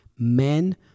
Men